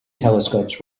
telescopes